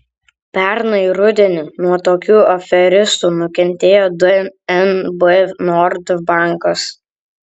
pernai rudenį nuo tokių aferistų nukentėjo dnb nord bankas